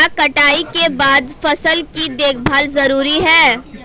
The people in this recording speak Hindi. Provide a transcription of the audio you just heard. क्या कटाई के बाद फसल की देखभाल जरूरी है?